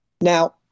Now